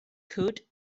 could